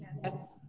yes.